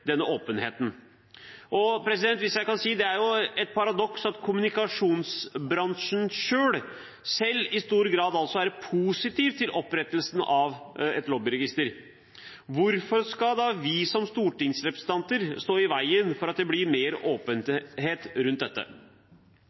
Det er et paradoks at kommunikasjonsbransjen selv i stor grad er positiv til opprettelsen av et lobbyregister. Hvorfor skal da vi som stortingsrepresentanter stå i veien for at det blir mer åpenhet rundt dette?